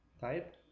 type